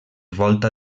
volta